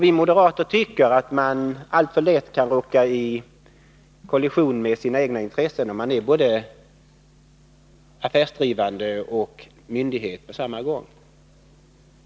Vi moderater tycker att de olika intressena alltför lätt kan råka i kollision med varandra, när ett företag både är affärsdrivande och har en myndighetsfunktion.